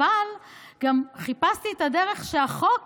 אבל גם חיפשתי את הדרך שהחוק